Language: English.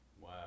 Wow